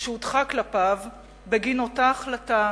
שהוטחה כלפיו בגין אותה החלטה